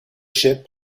ship